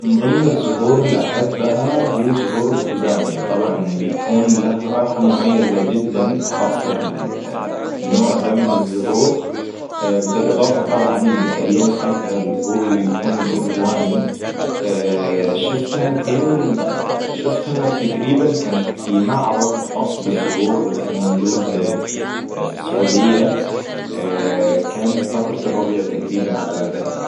من ضمن الزهور اللي احبها هي زهور الخزامي. طبعاً بيكون له رائحة مميزة جداً خاصة بال-النوع ذا من الزهور. بالإضافة طبعاً اللون حقها اللي هو يكون الارجواني. شفتها فين؟ اه شفتها تقريباً كان في معرض خاص بالزهور كان موجود في السعودية كان فترة الربيع تقريباً على ما اتذكر